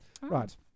Right